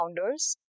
founders